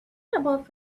about